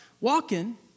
walking